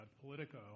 Politico